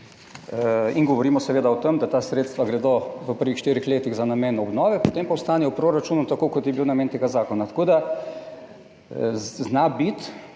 in govorimo seveda o tem, da ta sredstva gredo v prvih štirih letih za namen obnove, potem pa ostane v proračunu tako kot je bil namen tega zakona. Tako da zna biti,